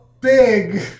big